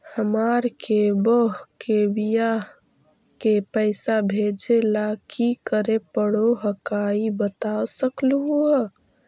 हमार के बह्र के बियाह के पैसा भेजे ला की करे परो हकाई बता सकलुहा?